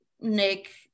Nick